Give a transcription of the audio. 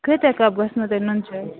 کۭتیٛاہ کَپ گژھنو تۄہہِ نُن چاے